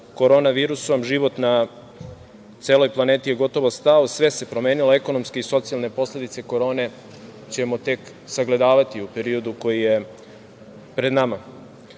korona virusom. Život na celoj planeti je gotovo stao, sve se promenilo, ekonomske i socijalne posledice korone ćemo tek sagledavati u periodu koji je pred nama. Što